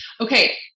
Okay